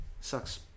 sucks